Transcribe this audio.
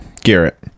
Garrett